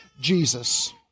Jesus